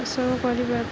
ଏସଵୁ କରିବା